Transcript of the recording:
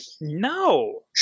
No